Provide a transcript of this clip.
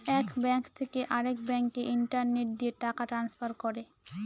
এক ব্যাঙ্ক থেকে আরেক ব্যাঙ্কে ইন্টারনেট দিয়ে টাকা ট্রান্সফার করে